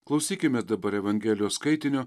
klausykime dabar evangelijos skaitinio